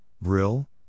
Brill